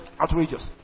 outrageous